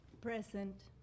Present